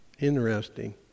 Interesting